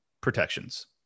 protections